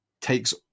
takes